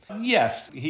yes